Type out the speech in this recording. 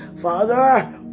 Father